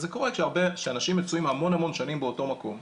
זה קורה כשאנשים מצויים המון המון שנים באותו מקום,